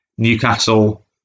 Newcastle